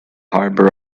harbor